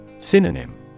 Synonym